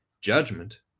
judgment